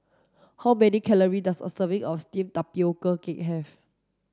how many calories does a serving of steamed tapioca cake have